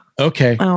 Okay